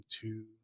two